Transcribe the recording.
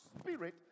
spirit